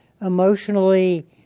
emotionally